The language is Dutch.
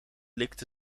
likte